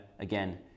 Again